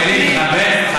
פרוש, אתם לא נותנים.